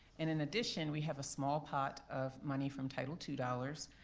and in addition, we have a small pot of money from title two dollars,